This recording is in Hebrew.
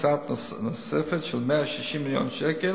הקצאה נוספת של 160 מיליון שקל